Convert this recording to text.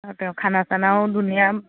তেওঁ খানা চানাও ধুনীয়া